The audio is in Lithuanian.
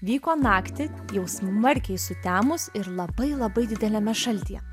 vyko naktį jau smarkiai sutemus ir labai labai dideliame šaltyje